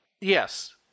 Yes